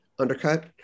Undercut